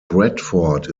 bradford